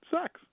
Sex